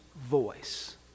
voice